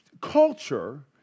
culture